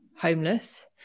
homeless